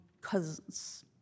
cousins